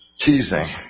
teasing